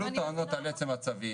עלו טענות על עצם הצווים,